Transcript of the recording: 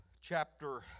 Chapter